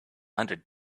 hundred